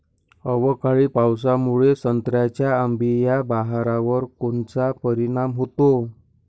अवकाळी पावसामुळे संत्र्याच्या अंबीया बहारावर कोनचा परिणाम होतो?